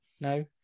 No